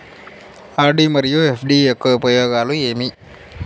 RD మరియు FD యొక్క ఉపయోగాలు ఏమి?